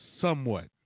Somewhat